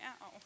now